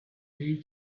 day